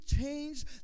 change